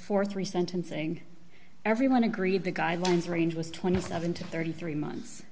for three sentencing everyone agreed the guidelines range was twenty seven to thirty three months